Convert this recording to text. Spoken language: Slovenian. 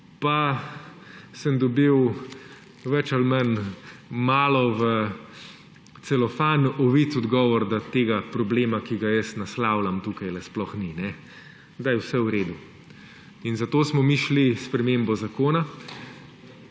pa sem dobil več ali manj malo v celofan ovit odgovor, da tega problema, ki ga jaz naslavljam tukaj, sploh ni; da je vse v redu. Zato smo mi šli s spremembo zakona,